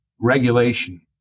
regulation